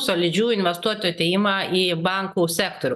solidžių investuotojų atėjimą į bankų sektorių